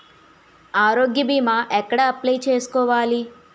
ఆరోగ్య భీమా ఎక్కడ అప్లయ్ చేసుకోవాలి?